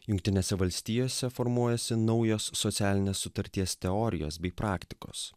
jungtinėse valstijose formuojasi naujos socialinės sutarties teorijos bei praktikos